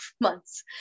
months